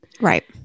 Right